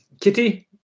Kitty